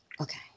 Okay